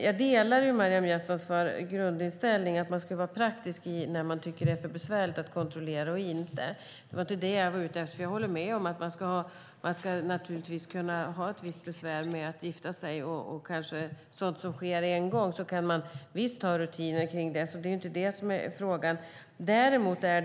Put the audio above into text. Jag delar Maryam Yazdanfars grundinställning - man ska vara praktisk när man avgör vad som är för besvärligt att kontrollera och inte. Det var inte det jag var ute efter. Jag håller med om att det ska vara ett visst besvär att gifta sig, till exempel. Man kan visst ha rutiner för sådant som sker kanske en gång. Det är inte det frågan handlar om.